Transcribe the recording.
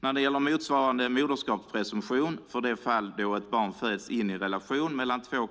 När det gäller en motsvarande moderskapspresumtion i de fall då ett barn föds in i en relation mellan två